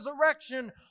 resurrection